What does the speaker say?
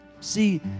See